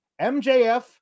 MJF